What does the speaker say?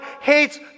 hates